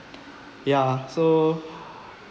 ya so